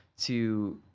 to